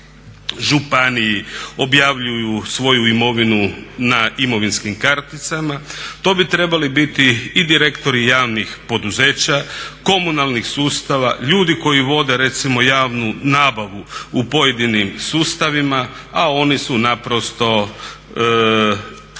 županiji objavljuju svoju imovinu na imovinskim karticama, to bi trebali biti i direktori javnih poduzeća, komunalnih sustava, ljudi koji vode recimo javnu nabavu u pojedinim sustavima, a oni su naprosto